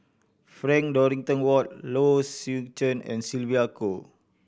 Frank Dorrington Ward Low Swee Chen and Sylvia Kho